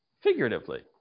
figuratively